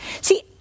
See